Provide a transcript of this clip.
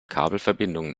kabelverbindungen